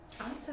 Awesome